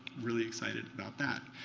really excited about that.